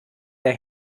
der